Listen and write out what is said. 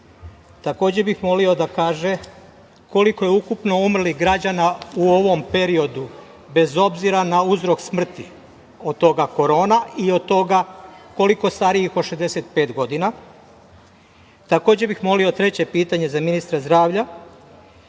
bih molio da kaže koliko je ukupno umrlih građana u ovom periodu, bez obzira na uzrok smrti, od toga Korona i od toga koliko starijih od 65 godina. Takođe bih molio, treće pitanje za ministra zdravlja